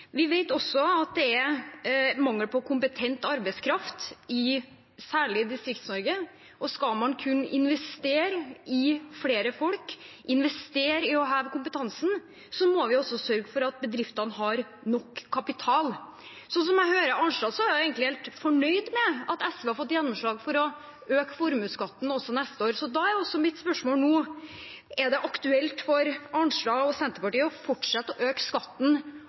Vi vet også at det er mangel på kompetent arbeidskraft særlig i Distrikts-Norge, og skal man kunne investere i flere folk og heve kompetansen, må vi sørge for at bedriftene har nok kapital. Slik jeg hører Arnstad, er hun egentlig helt fornøyd med at SV har fått gjennomslag for å øke formuesskatten også neste år. Da er spørsmålet mitt: Er det aktuelt for Arnstad og Senterpartiet å fortsette å øke skatten